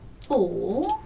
four